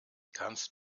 kannst